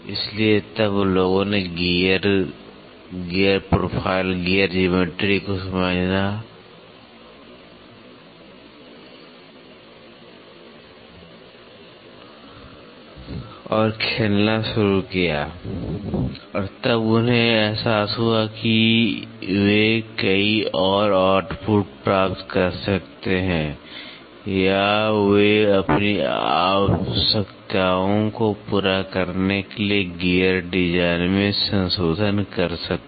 इसलिए तब लोगों ने gear gear profile gear geometry को समझना और खेलना शुरू किया और तब उन्हें एहसास हुआ कि वे कई और आउटपुट प्राप्त कर सकते हैं या वे अपनी आवश्यकताओं को पूरा करने के लिए गियर डिज़ाइन में संशोधन कर सकते हैं